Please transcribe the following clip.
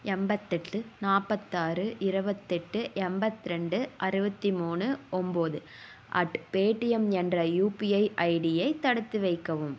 எண்பத்தெட்டு நாற்பத்தாறு இருபத்தெட்டு எண்பத்ரெண்டு அறுபத்தி மூணு ஒன்பது அட் பேடிஎம் என்ற யுபிஐ ஐடியை தடுத்து வைக்கவும்